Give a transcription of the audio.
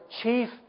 chief